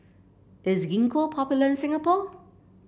is Gingko popular in Singapore